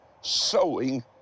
sowing